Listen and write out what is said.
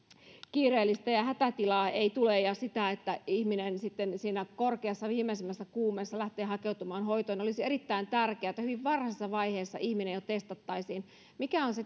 tilaa ja hätätilaa ei tule ja sitä että ihminen sitten siinä korkeassa viimeisimmissä kuumeessa lähtee hakeutumaan hoitoon niin olisi erittäin tärkeätä että hyvin varhaisessa vaiheessa ihminen jo testattaisiin mikä on se